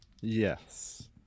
Yes